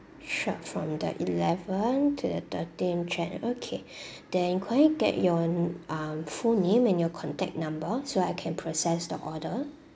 sure from the eleven to the thirteen jan okay then could I get your um full name and your contact number so I can process the order